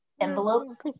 envelopes